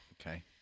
Okay